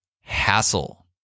hassle